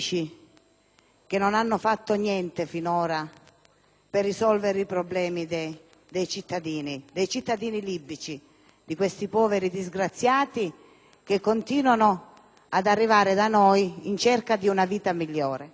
che non hanno fatto niente finora per risolvere i problemi dei cittadini libici, di questi poveri disgraziati che continuano ad arrivare da noi in cerca di una vita migliore.